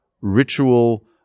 ritual